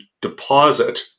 deposit